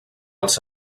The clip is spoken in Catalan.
els